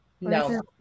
no